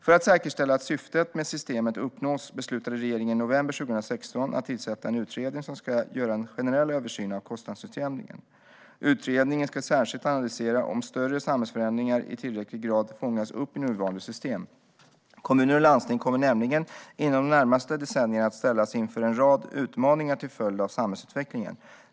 För att säkerställa att syftet med systemet uppnås beslutade regeringen i november 2016 att tillsätta en utredning som ska göra en generell översyn av kostnadsutjämningen. Utredningen ska särskilt analysera om större samhällsförändringar i tillräcklig grad fångas upp i nuvarande system. Kommuner och landsting kommer nämligen inom de närmaste decennierna att ställas inför en rad utmaningar till följd av samhällsutvecklingen.